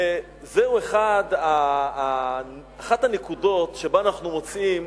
זוהי אחת הנקודות שבה אנחנו מוצאים